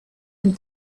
and